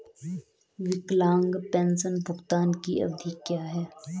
विकलांग पेंशन भुगतान की अवधि क्या है?